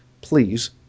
please